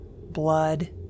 blood